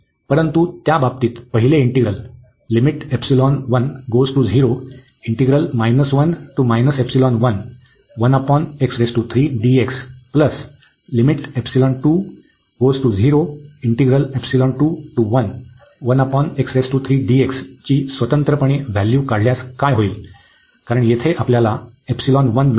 परंतु त्या बाबतीत पहिले इंटिग्रल ची स्वतंत्रपणे व्हॅल्यू काढल्यास काय होईल कारण येथे आपल्याला मिळेल